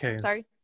sorry